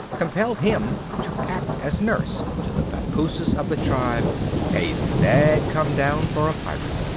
compelled him to act as nurse to the papooses of the tribe a sad come-down for a pirate!